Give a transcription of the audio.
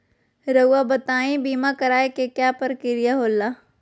रहुआ बताइं बीमा कराए के क्या प्रक्रिया होला?